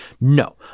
no